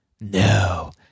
No